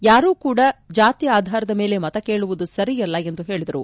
ಯಾರೂ ಕೂಡ ಜಾತಿ ಆಧಾರದ ಮೇಲೆ ಮತ ಕೇಳುವುದು ಸರಿಯಲ್ಲ ಎಂದು ಹೇಳಿದರು